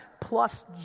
plus